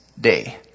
Day